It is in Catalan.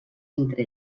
entre